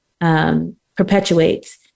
Perpetuates